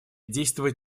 действовать